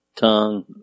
tongue